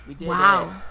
Wow